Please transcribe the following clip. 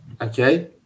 Okay